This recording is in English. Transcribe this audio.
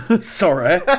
Sorry